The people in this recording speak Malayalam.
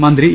മന്ത്രി എ